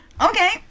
okay